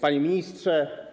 Panie Ministrze!